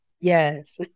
Yes